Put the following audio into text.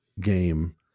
game